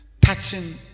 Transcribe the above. Touching